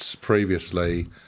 previously